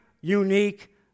unique